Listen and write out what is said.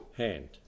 hand